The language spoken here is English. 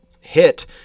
hit